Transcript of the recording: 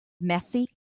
messy